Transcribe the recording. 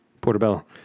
Portobello